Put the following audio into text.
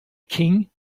king